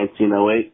1908